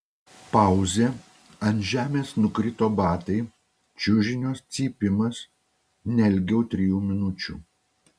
pauzė ant žemės nukrito batai čiužinio cypimas ne ilgiau trijų minučių